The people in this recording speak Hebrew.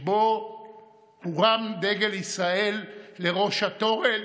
שבו הורם דגל ישראל לראש התורן,